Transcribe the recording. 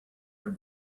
her